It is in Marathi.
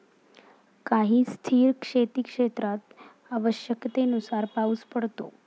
काही स्थिर शेतीक्षेत्रात आवश्यकतेनुसार पाऊस पडतो